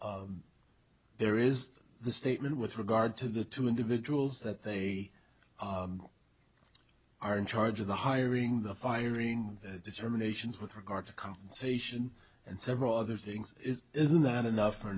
there is the statement with regard to the two individuals that they are in charge of the hiring the firing determinations with regard to compensation and several other things isn't that enough for